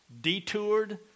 detoured